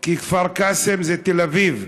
כי כפר-קאסם זה תל-אביב,